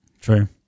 True